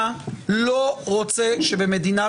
אתה לא רוצה שבמדינת ישראל,